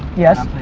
yes.